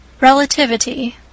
Relativity